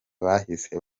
bahise